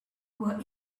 were